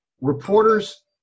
reporters